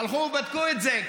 הלכו ובדקו את זה.